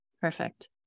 Perfect